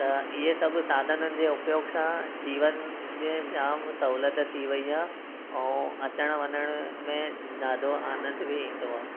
त इहे सभु साधननि जे उपयोग सां जीवन में जाम सहुलियत थी वई आहे ऐं अचणु वञण में ॾाढो आनंद बि ईंदो आहे